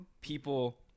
people